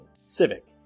civic